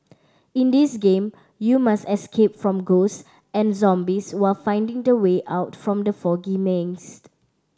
in this game you must escape from ghost and zombies while finding the way out from the foggy maze